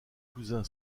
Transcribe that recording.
cousin